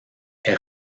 est